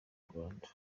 rwanda